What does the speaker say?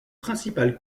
principales